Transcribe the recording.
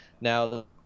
Now